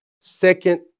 Second